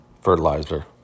fertilizer